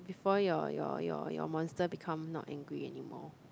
before your your your your monster become not angry anymore